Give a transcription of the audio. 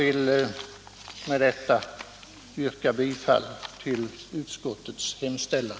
Jag ber med detta att få yrka bifall till utskottets hemställan.